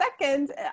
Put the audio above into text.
second